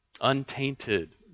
untainted